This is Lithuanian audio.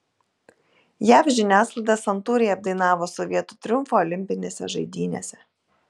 jav žiniasklaida santūriai apdainavo sovietų triumfą olimpinėse žaidynėse